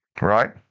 right